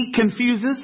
confuses